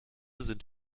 sind